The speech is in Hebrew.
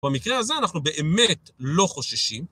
במקרה הזה אנחנו באמת לא חוששים.